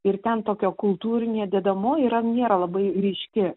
ir ten tokia kultūrinė dedamoji yra nėra labai ryški